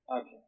Okay